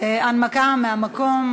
הנמקה מהמקום.